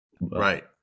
Right